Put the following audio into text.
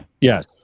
Yes